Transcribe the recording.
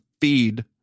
feed